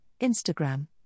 Instagram